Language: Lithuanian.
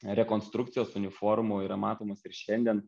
rekonstrukcijos uniformų yra matomos ir šiandien